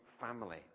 family